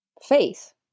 faith